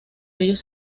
ellos